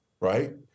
right